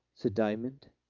said diamond.